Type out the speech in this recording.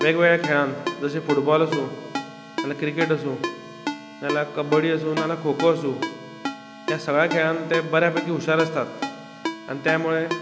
वेगवेगळ्या खेळांत जशे फुटबॉल आसूं नाल्यार क्रिकेट आसूं नाल्यार कब्बडी आसूं नाल्यार खो खो आसूं ह्या सगळ्या खेळान ते बऱ्यापेकी हुशार आसतात आनी त्या मुळे